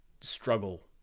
struggle